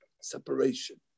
separation